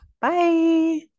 Bye